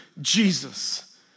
Jesus